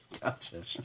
gotcha